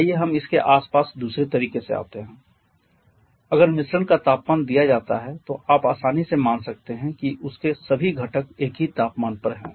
आइए हम इसके आसपास दूसरे तरीके से आते हैं अगर मिश्रण का तापमान दिया जाता है तो आप आसानी से मान सकते हैं कि उसके सभी घटक एक ही तापमान पर हैं